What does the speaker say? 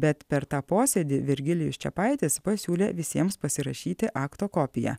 bet per tą posėdį virgilijus čepaitis pasiūlė visiems pasirašyti akto kopiją